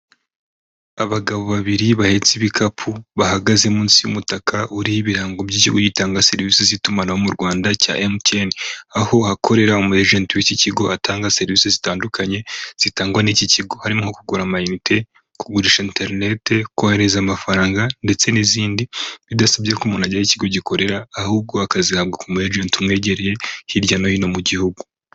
Abagabo babiri bahetse ibikapu bahagaze munsi y'umutaka uriho ibirango by'ikigo gitanga serivisi z'itumanaho mu Rwanda cya MTN, aho hakorera umu agent w'iki kigo atanga serivisi zitandukanye zitangwa n'iki kigo, harimo nko kugura amayinite, kugurisha interinete, kohereza amafaranga ndetse n'izindi, bidasabye ko umuntu agera aho ikigo gikorera ahubwo akazihabwa ku mu agent umwegereye hirya no hino mu gihugu.